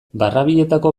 barrabiletako